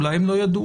אולי הם לא ידעו.